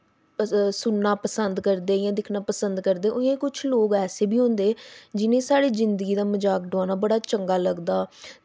सुनना पसंद करदे जां दिक्खना पसंद करदे उ'आं गै कुछ लोग ऐसे बी होंदे जि'नें गी साढ़ी जिंदगी दा मजाक डोआना बड़ा चंगा लगदा